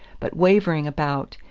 but wavering about,